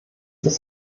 ist